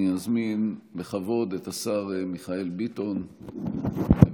אני אזמין בכבוד את השר מיכאל ביטון לברך.